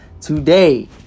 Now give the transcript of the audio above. Today